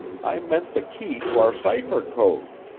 i meant the key to our cipher code.